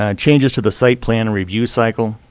ah changes to the site plan review cycle,